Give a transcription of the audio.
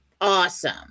awesome